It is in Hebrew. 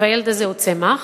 והילד הזה הוא צמח,